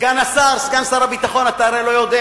סגן השר, סגן שר הביטחון, אתה הרי לא יודע